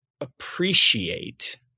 appreciate